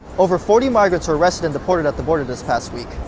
over forty migrants were arrested and deported at the border this past week.